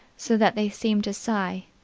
so that they seemed to sigh.